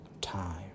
time